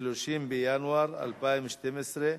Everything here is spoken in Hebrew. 30 בינואר 2012,